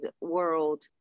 world